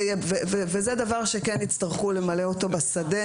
זה דבר שכן יצטרכו למלא אותו בשדה,